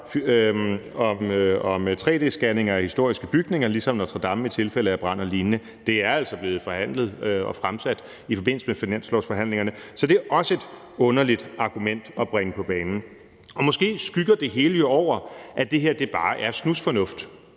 og lignende, som vi har stillet, og det har jeg liggende her foran mig. Det er altså blevet forhandlet og stillet i forbindelse med finanslovsforhandlingerne, så det er også et underligt argument at bringe på banen. Måske dækker det hele over, at det her bare er snusfornuft,